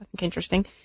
interesting